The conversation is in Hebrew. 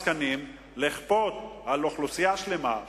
לכפות על אוכלוסייה שלמה,